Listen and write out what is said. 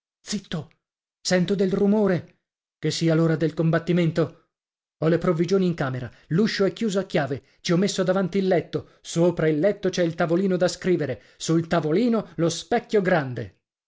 sento del rumore che sia l'ora del combattimento ho le provvigioni in camera l'uscio è chiuso a chiave ci ho messo davanti il letto sopra il letto c'è il tavolino da scrivere sul tavolino lo specchio grande